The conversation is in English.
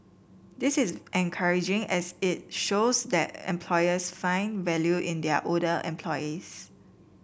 this is encouraging as it shows that employers find value in their older employees